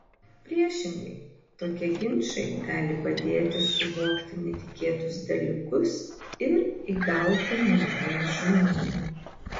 priešingai tokie ginčai gali padėti suvokti netikėtus dalykus ir įgauti naujų žinių